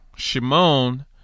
Shimon